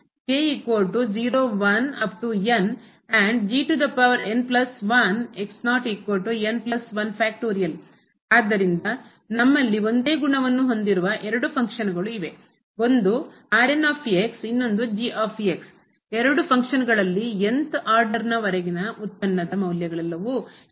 ಆದ್ದರಿಂದ ಆದ್ದರಿಂದ ನಮ್ಮಲ್ಲಿ ಒಂದೇ ಗುಣಗಳನ್ನು ಹೊಂದಿರುವ ಎರಡು ಫಂಕ್ಷನಗಳು ಕಾರ್ಯಗಳು ಇವೆ ಒಂದು ಇನ್ನೊಂದು ಎರಡು ಫಂಕ್ಷನಗಳಲ್ಲಿ th ಆರ್ಡರ್ವರೆಗಿನ ಉತ್ಪನ್ನ ದ ಮೌಲ್ಯಗಳೆಲ್ಲವೂ ನಲ್ಲಿ 0 ಆಗಿದೆ